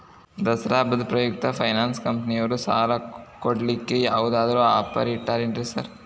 ದಸರಾ ಹಬ್ಬದ ಪ್ರಯುಕ್ತ ಫೈನಾನ್ಸ್ ಕಂಪನಿಯವ್ರು ಸಾಲ ಕೊಡ್ಲಿಕ್ಕೆ ಯಾವದಾದ್ರು ಆಫರ್ ಇಟ್ಟಾರೆನ್ರಿ ಸಾರ್?